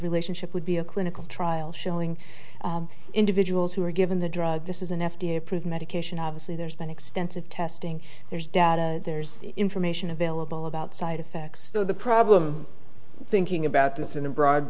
relationship would be a clinical trial showing individuals who are given the drug this is an f d a approved medication obviously there's been extensive testing there's data there's information available about side effects so the problem thinking about this in a broad